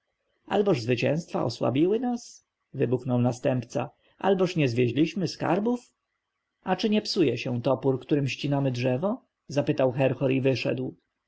zwycięstwa osłabiły nas wybuchnął następca alboż nie zwieźliśmy skarbów a czy nie psuje się topór którym ścinamy drzewo zapytał herhor i wyszedł